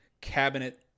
cabinet